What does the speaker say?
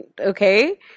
okay